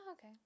okay